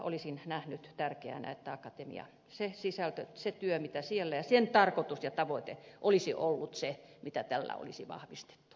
olisin nähnyt tärkeänä että akatemia se sisältö se työ mitä siellä tehdään ja sen tarkoitus ja tavoite olisivat olleet se mitä tällä olisi vahvistettu